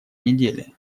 недели